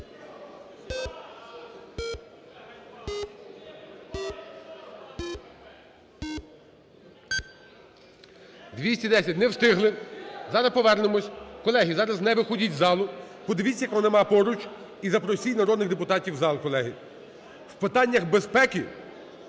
210. Не встигли. Зараз повернемось. Колеги, зараз не виходить з залу, подивіться кого немає поруч і запросіть народних депутатів в зал, колеги. В питаннях безпеки